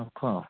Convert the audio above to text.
ରଖ